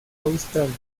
australia